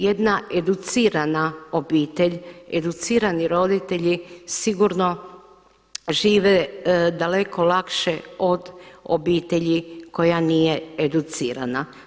Jedna educirana obitelj, educirani roditelji sigurno žive daleko lakše od obitelji koja nije educirana.